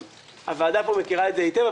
הוועדה פה מכירה את זה היטב,